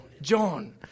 John